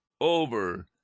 over